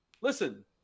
listen